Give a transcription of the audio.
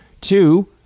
Two